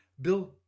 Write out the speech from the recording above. Bill